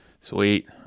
Sweet